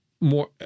more